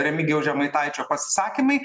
remigijaus žemaitaičio pasisakymai